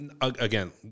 again